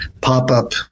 pop-up